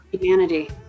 humanity